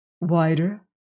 Wider